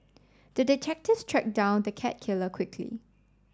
the detective track down the cat killer quickly